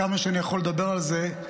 כמה שאני יכול לדבר על זה,